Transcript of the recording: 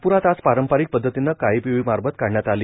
नागप्ररात आज पारंपरिक पद्धतीनं काळी पिवळी मारबत काढण्यात आली